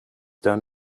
done